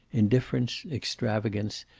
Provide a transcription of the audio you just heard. indifference, extravagance,